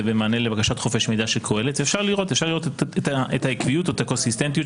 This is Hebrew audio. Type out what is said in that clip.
במענה לבקשת חופש מידע של קהלת ואפשר לראות את העקביות שלנו.